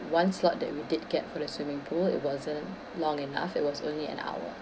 one slot that we did get for the swimming pool it wasn't long enough it was only an hour